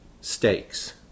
stakes